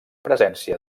presència